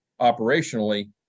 operationally